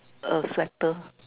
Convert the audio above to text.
a sweater